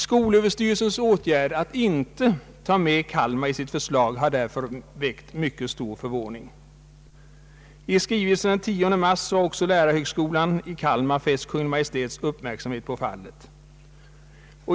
Skolöverstyrelsens åtgärd att inte ta med Kalmar i sitt förslag har därför väckt mycket stor förvåning. I en skrivelse av den 10 mars har lärarhögskolan i Kalmar fäst Kungl. Maj:ts uppmärksamhet på fallet.